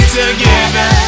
together